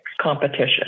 competition